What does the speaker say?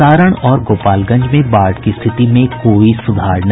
सारण और गोपालगंज में बाढ़ की स्थिति में कोई सुधार नहीं